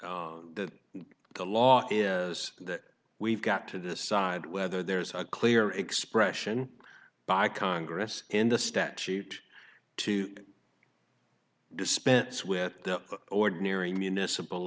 the law is that we've got to decide whether there's a clear expression by congress in the statute to dispense with ordinary municipal